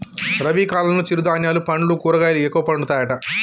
రబీ కాలంలో చిరు ధాన్యాలు పండ్లు కూరగాయలు ఎక్కువ పండుతాయట